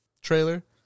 trailer